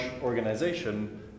organization